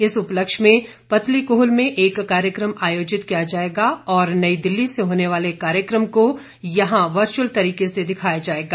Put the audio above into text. इस उपलक्ष्य में पतलीकूहल में एक कार्यक्रम आयोजित किया जाएगा और नई दिल्ली से होने वाले कार्यक्रम को यहां वर्चुअल तरीके से दिखाया जाएगा